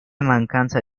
mancanza